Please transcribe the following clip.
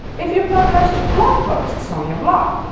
if you publish blog posts on your blog,